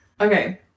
Okay